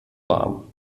warm